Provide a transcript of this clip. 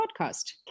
podcast